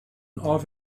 are